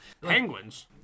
Penguin's